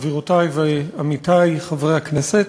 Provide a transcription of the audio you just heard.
גבירותי ועמיתי חברי הכנסת,